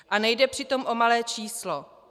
A nejde přitom o malé číslo.